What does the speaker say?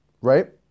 right